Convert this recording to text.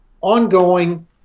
ongoing